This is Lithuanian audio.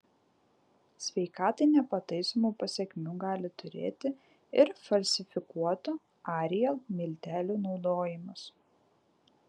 sveikatai nepataisomų pasekmių gali turėti ir falsifikuotų ariel miltelių naudojimas